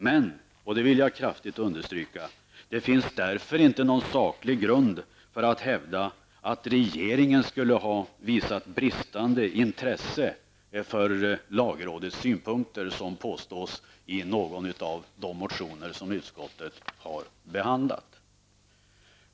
Men -- och det vill jag kraftigt understryka -- det finns därför inte saklig grund för att hävda att regeringen skulle ha visat bristande intresse för lagrådets synpunkter, som påstås i någon av de motioner som utskottet har behandlat.